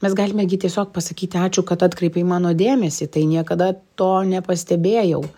mes galime gi tiesiog pasakyti ačiū kad atkreipei mano dėmesį tai niekada to nepastebėjau